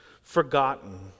forgotten